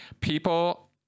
people